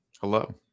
Hello